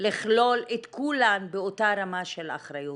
לכלול את כולן באותה רמה של אחריות.